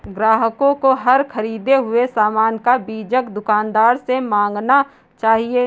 ग्राहकों को हर ख़रीदे हुए सामान का बीजक दुकानदार से मांगना चाहिए